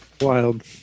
Wild